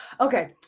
okay